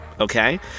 Okay